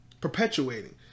Perpetuating